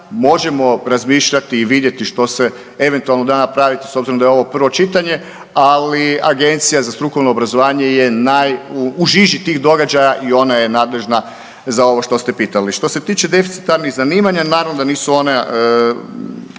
možemo razmišljati i vidjeti što se eventualno da napraviti s obzirom da je ovo prvo čitanje, ali Agencija za strukovno obrazovanje je u žiži tih događaja i ona je nadležna za ovo što ste pitali. Što se tiče deficitarnih zanimanja naravno da nisu ona